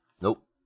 Nope